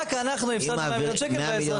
רק אנחנו הפסדנו 100 מיליון שקל והאזרחים,